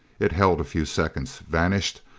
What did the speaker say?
it held a few seconds, vanished,